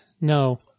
No